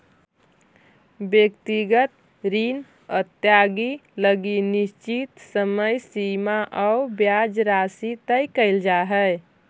व्यक्तिगत ऋण अदाएगी लगी निश्चित समय सीमा आउ ब्याज राशि तय कैल जा हइ